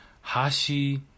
Hashi